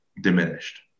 diminished